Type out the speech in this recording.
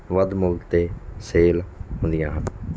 ਵੱਧ ਮੁੱਲ 'ਤੇ ਸੇਲ ਹੁੰਦੀਆਂ ਹਨ